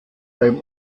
beim